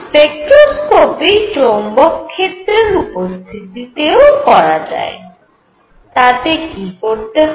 spectroscopy চৌম্বক ক্ষেত্রের উপস্থিতি তেও করা যায় তাতে কি করতে হয়